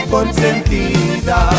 Consentida